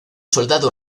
soldado